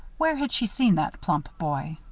where had she seen that plump boy?